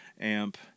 amp